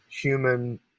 human